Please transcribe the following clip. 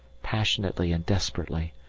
passionately and desperately,